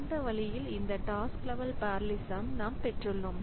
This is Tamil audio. அந்த வழியில் இந்த டாஸ்க் லெவல் பெரலலிசம் நாம் பெற்றுள்ளோம்